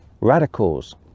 radicals